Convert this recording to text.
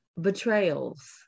betrayals